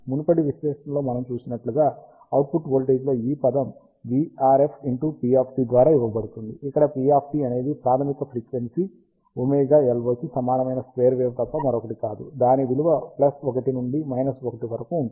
మునుపటి విశ్లేషణలో మనం చూసినట్లుగా అవుట్పుట్ వోల్టేజ్ ఈ పదం vRF p ద్వారా ఇవ్వబడుతుంది ఇక్కడ p అనేది ప్రాధమిక ఫ్రీక్వెన్సీ ωLO కి సమానమైన స్క్వేర్ వేవ్ తప్ప మరొకటి కాదు దాని విలువ 1 నుండి 1 వరకు ఉంటుంది